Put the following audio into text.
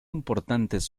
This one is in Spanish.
importantes